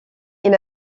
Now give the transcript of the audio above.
est